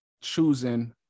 choosing